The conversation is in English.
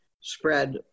spread